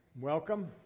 Welcome